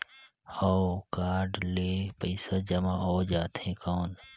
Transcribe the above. हव कारड ले पइसा जमा हो जाथे कौन?